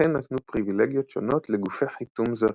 ולכן נתנו פריבילגיות שונות לגופי חיתום זרים.